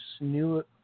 new